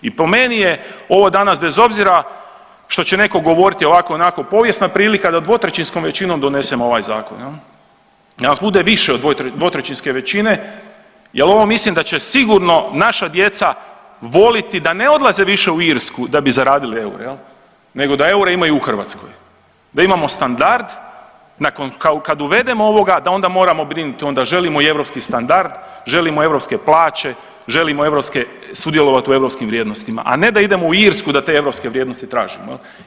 I po meni je ovo danas bez obzira što će neko govoriti ovako onako povijesna prilika da dvotrećinskom većinom donesemo ovaj zakon, da nas bude više od dvotrećinske većine jel ovo mislim da će sigurno naša djeca voliti da ne odlaze više u Irsku da bi zaradili eure, nego da eure imaju u Hrvatskoj, da imamo standard kad uvedemo ovoga da onda moramo brinuti onda želimo i europski standard, želimo europske plaće, želimo sudjelovati u europskim vrijednostima, a ne da idemo u Irsku da te europske vrijednosti tražimo.